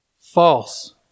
False